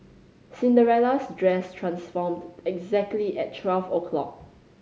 Cinderella's dress transformed exactly at twelve o'clock